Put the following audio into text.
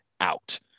out